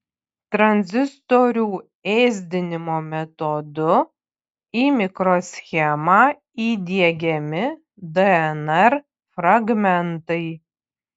tranzistorių ėsdinimo metodu į mikroschemą įdiegiami dnr fragmentai